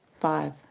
Five